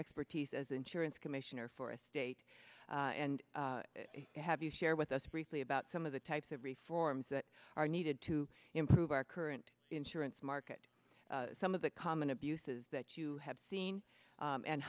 expertise as insurance commissioner for a state and have you share with us briefly about some of the types of reforms that are needed to improve our current insurance market some of the common abuses that you have seen